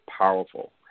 powerful